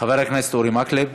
חבר הכנסת אורי מקלב.